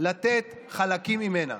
לתת חלקים ממנה.